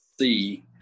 see